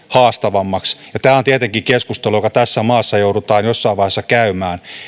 haastavammaksi tämä on tietenkin keskustelu joka tässä maassa joudutaan jossain vaiheessa käymään